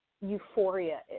euphoria